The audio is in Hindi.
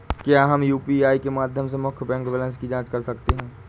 क्या हम यू.पी.आई के माध्यम से मुख्य बैंक बैलेंस की जाँच कर सकते हैं?